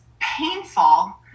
painful